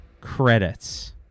credits